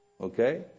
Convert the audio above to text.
Okay